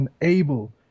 unable